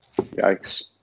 Yikes